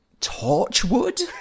Torchwood